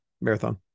marathon